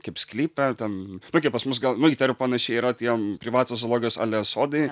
kaip sklype ar ten nu kaip pas mus gal nu įtariu panašiai yra tiem privatūs zoologijos ale sodai